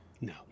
No